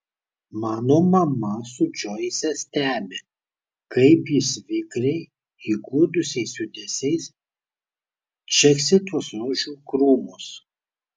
mano mama su džoise stebi kaip jis vikriai įgudusiais judesiais čeksi tuos rožių krūmus